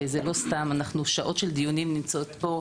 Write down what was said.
וזה לא סתם, אנחנו שעות של דיונים נמצאות פה,